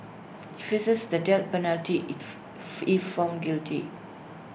he faces the death penalty if if found guilty